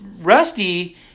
Rusty